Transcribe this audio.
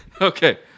okay